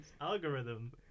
Algorithm